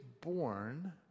born